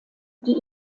die